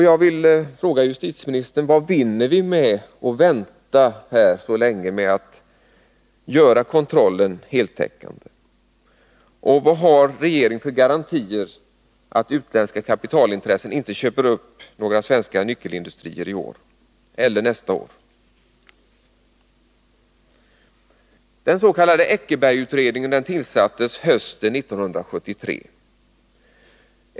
Jag vill fråga justitieministern: Vad vinner vi med att vänta så länge med att göra kontrollen heltäckande? Vad har regeringen för garantier att utländska kapitalintressen inte köper upp några svenska nyckelindustrier i år eller nästa år? Eckerbergutredningen tillsattes hösten 1973.